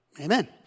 Amen